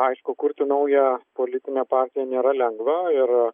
aišku kurti naują politinę partiją nėra lengva ir